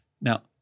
Now